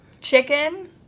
chicken